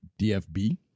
DFB